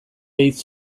hitz